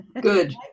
good